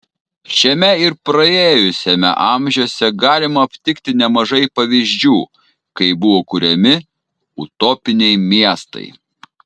šiame ir praėjusiame amžiuose galima aptikti nemažai pavyzdžių kai buvo kuriami utopiniai miestai